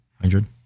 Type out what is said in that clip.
hundred